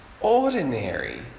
ordinary